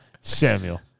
Samuel